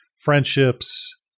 friendships